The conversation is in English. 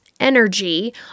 energy